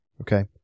Okay